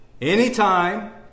anytime